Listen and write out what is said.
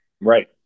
Right